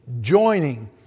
joining